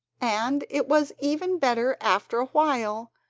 and it was even better after a while,